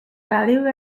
value